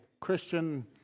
Christian